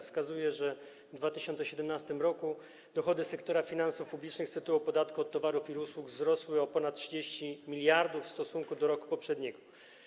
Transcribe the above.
Wskazuje, że w 2017 r. dochody sektora finansów publicznych z tytułu podatku od towarów i usług wzrosły o ponad 30 mld w stosunku do roku poprzedniego.